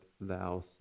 thou